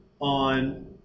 on